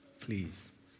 please